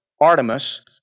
Artemis